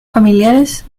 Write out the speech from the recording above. familiares